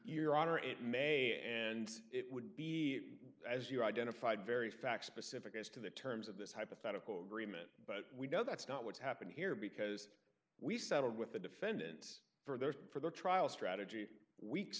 honor it may and it would be as you identified very fact specific as to the terms of this hypothetical agreement but we know that's not what's happened here because we settled with the defendant for their for their trial strategy weeks